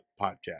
podcast